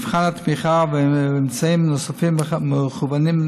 מבחן התמיכה ואמצעים נוספים מכוונים,